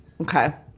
okay